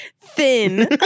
Thin